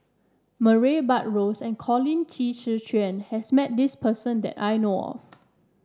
Murray Buttrose and Colin Qi Zhe Quan has met this person that I know of